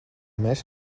mēs